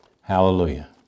Hallelujah